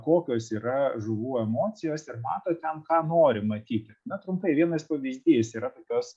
kokios yra žuvų emocijos ir mato ten ką nori matyti na trumpai vienas pavyzdys yra tokios